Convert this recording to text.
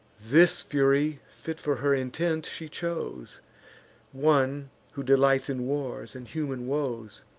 this fury, fit for her intent, she chose one who delights in wars and human woes.